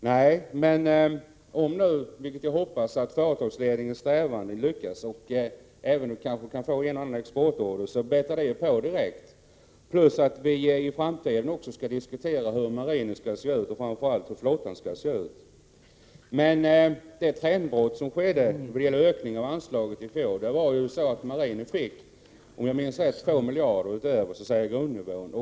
Nej, men om nu — vilket jag hoppas — företagsledningen strävanden lyckas och man kan få en och annan exportorder, så bättrar det på läget direkt. Vi skall också i framtiden diskutera hur framför allt flottan skall se ut. Men det trendbrott som skedde när det gällde ökning av anslaget i fjol innebar ju att marinen fick, om jag minns rätt, 2 miljarder utöver grundnivån.